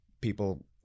People